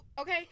Okay